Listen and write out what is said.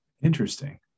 interesting